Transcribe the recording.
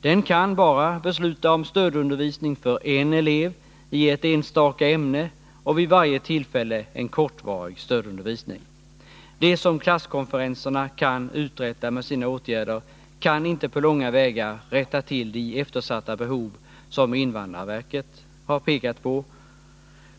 Den kan bara besluta om stödundervisning för en elev och i ett enstaka ämne samt vid varje tillfälle om en kortvarig stödundervisning. Det som man på klasskonferenserna kan uträtta med sina åtgärder kan inte på långa vägar rätta till förhållandena när det gäller de eftersatta behov som invandrarverket har pekat på.